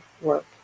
work